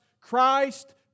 Christ